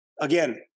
Again